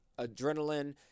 adrenaline